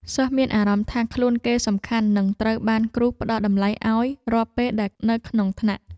សិស្សមានអារម្មណ៍ថាខ្លួនគេសំខាន់និងត្រូវបានគ្រូផ្តល់តម្លៃឱ្យរាល់ពេលដែលនៅក្នុងថ្នាក់។